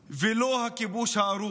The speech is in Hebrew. ולא הכיבוש הארור,